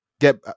Get